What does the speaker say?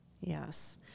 Yes